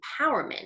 empowerment